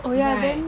oh ya then